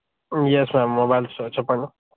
yes ma'am mobile store చెప్పండి